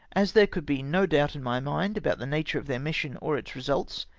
as there could be no doubt in my mind about the nature of their mission or its result,